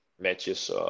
matches